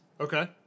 Okay